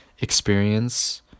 experience